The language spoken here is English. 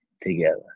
together